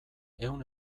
ehun